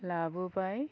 लाबोबाय